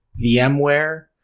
VMware